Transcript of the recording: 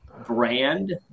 brand